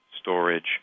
storage